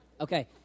okay